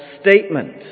statement